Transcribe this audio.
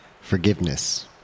Forgiveness